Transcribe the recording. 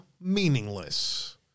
meaningless